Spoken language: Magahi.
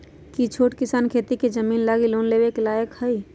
कि छोट किसान खेती के जमीन लागी लोन लेवे के लायक हई?